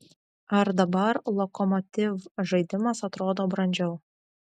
ar dabar lokomotiv žaidimas atrodo brandžiau